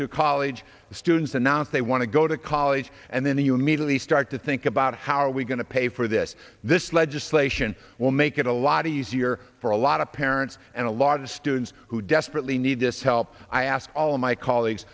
to college students and now they want to go to college and then you immediately start to think about how are we going to pay for this this legislation will make it a lot easier for a lot of parents and a lot of students who desperately need this help i ask all of my colleagues